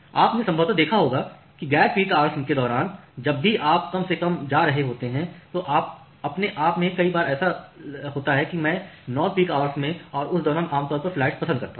आपने संभवतः देखा है कि गैर पीक आवर्स के दौरान जब भी आप कम से कम जा रहे होते हैं तो अपने आप में कई बार ऐसा होता है कि मैं नॉन पीक आवर्स में और उस दौरान आमतौर पर फ्लाइट्स पसंद करता हूं